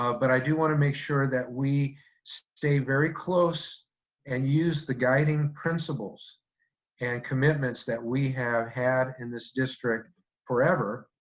ah but i do wanna make sure that we stay very close and use the guiding principles and commitments that we have had in this district forever,